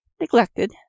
neglected